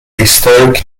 historic